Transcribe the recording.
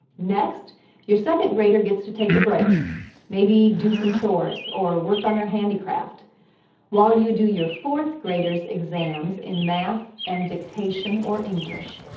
next your second grader gets to take a break maybe do some chores or work on her handicraft while you do your fourth grader's exams in math and dictation or english.